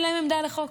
אין להם עמדה על החוק.